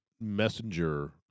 messenger